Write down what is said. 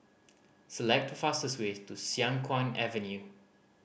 select the fastest way to Siang Kuang Avenue